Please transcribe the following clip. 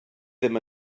ddim